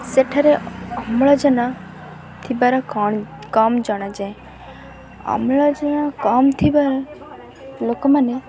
ସେଠାରେ ଅମ୍ଳଜନ ଥିବାର କ'ଣ କମ୍ ଜଣାଯାଏ ଅମ୍ଳଜନ କମ୍ ଥିବା ଲୋକମାନେ